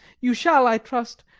you shall, i trust,